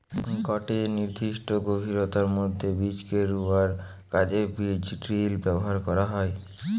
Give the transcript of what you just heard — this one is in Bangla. গটে নির্দিষ্ট গভীরতার মধ্যে বীজকে রুয়ার কাজে বীজড্রিল ব্যবহার করা হয়